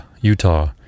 Utah